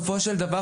בסופו של דבר,